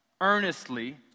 earnestly